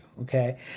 Okay